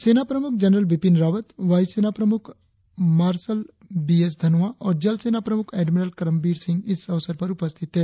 सेना प्रमुख जनरल विपिन रावत वायु सेना प्रमुख मार्शल बी एस धनोवा और जल सेना प्रमुख एडमिरल करमवीर सिंह इस अवसर पर उपस्थित थे